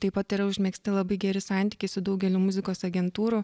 taip pat yra užmegzti labai geri santykiai su daugeliu muzikos agentūrų